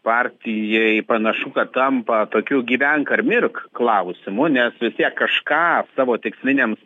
partijai panašu kad tampa tokiu gyvenk ar mirk klausimu nes vis tiek kažką savo tiksliniams